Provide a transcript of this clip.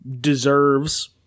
deserves